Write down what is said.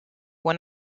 went